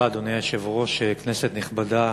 אדוני היושב-ראש, תודה רבה, כנסת נכבדה,